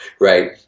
right